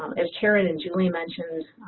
as karen and julie mentioned